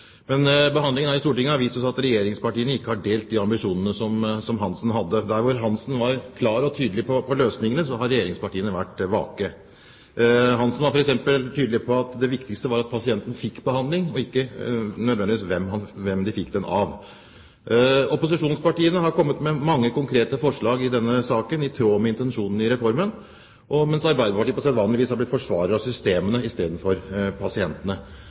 Men behandlingen her i Stortinget har vist oss at regjeringspartiene ikke har delt de ambisjonene som Hanssen hadde. Der hvor Hanssen var klar og tydelig på løsningene, har regjeringspartiene vært vage. Bjarne Håkon Hanssen var f.eks. tydelig på at det viktigste var at pasienten fikk behandling – ikke nødvendigvis hvem man fikk den av. Opposisjonspartiene har kommet med mange konkrete forslag i denne saken, i tråd med intensjonene i reformen, mens Arbeiderpartiet på sedvanlig vis har blitt forsvarer av systemene istedenfor pasientene.